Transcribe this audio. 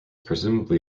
presumably